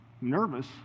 Nervous